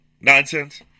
nonsense